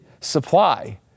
supply